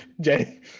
Jay